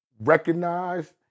recognized